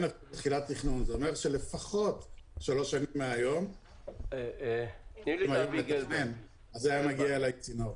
זה אומר שלפחות שלוש שנים מהיום --- היה מגיע אלי צינור.